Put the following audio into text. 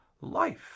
life